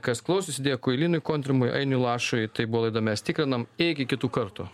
kas klausosi dėkui linui kontrimui ainiui lašui tai buvo laida mes tikrinam iki kitų kartų